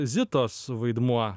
zitos vaidmuo